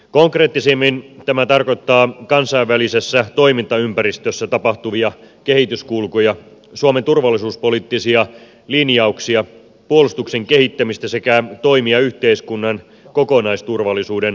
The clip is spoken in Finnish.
konkreettisimmin tämä tarkoittaa kansainvälisessä toimintaympäristössä tapahtuvia kehityskulkuja suomen turvallisuuspoliittisia linjauksia puolustuksen kehittämistä sekä toimia yhteiskunnan kokonaisturvallisuuden varmistamiseksi